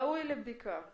ראוי לבדיקה.